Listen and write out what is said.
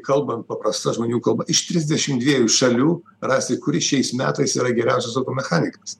kalbant paprasta žmonių kalba iš trisdešim dviejų šalių rasti kuris šiais metais yra geriausias automechanikas